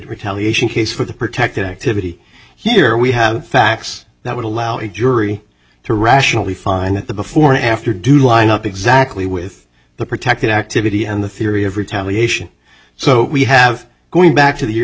retaliation case for the protected activity here we have facts that would allow a jury to rationally find the before and after do line up exactly with the protected activity and the theory of retaliation so we have going back to the year